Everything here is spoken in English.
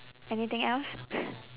anything else